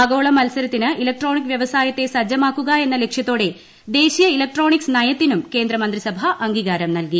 ആഗോള മത്സരത്തിന് ഇലക്ട്രോണിക് വ്യവസായത്തെ സജ്ജമാക്കുക എന്ന ലക്ഷ്യത്തോടെ ദേശീയ ഇക്ട്രോണിക്സ് നയത്തിനും കേന്ദ്രമന്ത്രിസഭ അംഗീകാരം നൽകി